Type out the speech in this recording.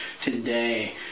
today